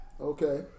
okay